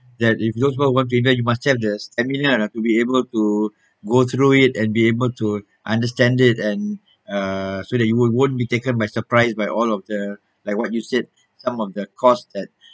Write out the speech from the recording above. that if those who are you must have the stamina to be able to go through it and be able to understand it and uh so that you wouldn't wouldn't be taken by surprise by all of the like what you said some of the cost that